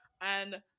And-